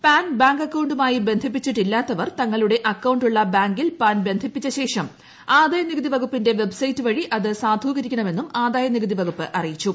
pan bank അക്കൌണ്ടുമായി ബന്ധിപ്പിച്ചിട്ടില്ലാത്തവർ തങ്ങളുടെ അക്കൌണ്ടുള്ള ബാങ്കിൽ പാൻ ബന്ധിപ്പിച്ചശേഷം ആദായനികുതി വകുപ്പിന്റെ വെബ്സൈറ്റ് വഴി അത് സാധൂകരിക്കണമെന്നും ആദായനികുതി വകുപ്പ് അറിയിച്ചു